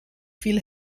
viel